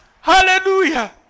Hallelujah